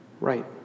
Right